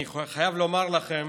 אני חייב לומר לכם